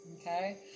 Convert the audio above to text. okay